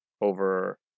over